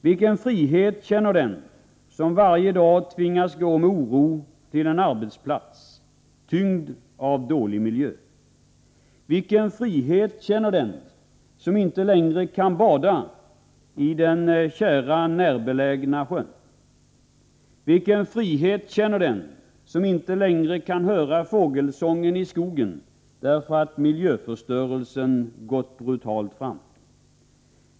Vilken frihet känner den som varje dag tvingas gå med oro till en arbetsplats tyngd av dålig miljö? Vilken frihet känner den som inte längre kan bada i den kära närbelägna sjön? Vilken frihet känner den som inte längre kan höra fågelsången i skogen därför att miljöförstörelsen gått brutalt fram?